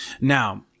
Now